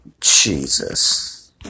Jesus